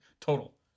total